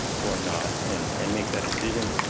or not, and and make that decision.